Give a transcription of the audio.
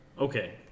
Okay